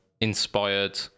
inspired